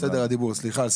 הדיבור.